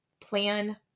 plan